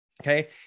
Okay